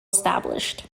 established